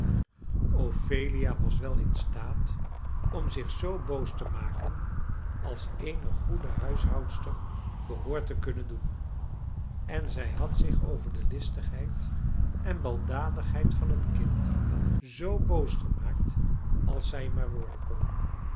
ophelia was wel in staat om zich zoo boos te maken als eene goede huishoudster behoort te kunnen doen en zij had zich over de listigheid en baldadigheid van het kind zoo boos gemaakt als zij maar worden kon